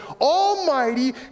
almighty